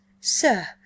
Sir